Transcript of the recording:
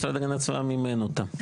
משרד להגנת הסביבה מימן אותם.